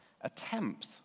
attempt